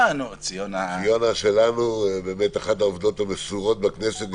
ציונה שלנו, אחת העובדות המסורות בכנסת.